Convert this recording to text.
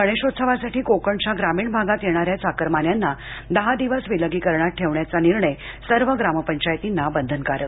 गणेशोत्सवासाठी कोकणच्या ग्रामीण भागात येणाऱ्या चाकरमान्यांना दहा दिवस विलगीकरणात ठेवण्याचा निर्णय सर्व ग्राम पंचायतींना बंधनकारक